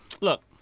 look